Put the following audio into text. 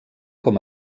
com